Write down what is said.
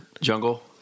Jungle